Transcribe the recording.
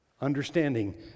Understanding